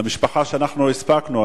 למשפחה שהספקנו,